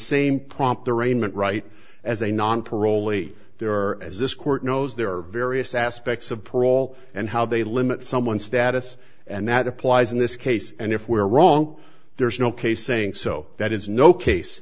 same prompt arraignment right as a non parolee there are as this court knows there are various aspects of parole and how they limit someone's status and that applies in this case and if we're wrong there's no case saying so that is no case